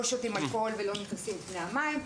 לא שותים אלכוהול ונכנסים למים.